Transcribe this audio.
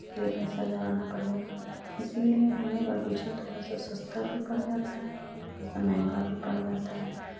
उसके लिए पैसा लगाना पड़ेगा तो इसलिए हमें बागीचा थोड़ा सा सस्ता भी पड़ जाता है थोड़ा सा महंगा भी पड़ जाता है